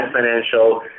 financial